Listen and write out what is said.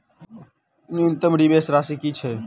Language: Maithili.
न्यूनतम निवेश राशि की छई?